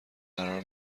قرار